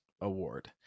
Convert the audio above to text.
Award